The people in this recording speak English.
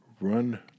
run